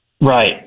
Right